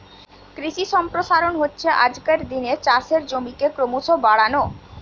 কৃষি সম্প্রসারণ হচ্ছে আজকের দিনে চাষের জমিকে ক্রোমোসো বাড়ানো